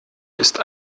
ist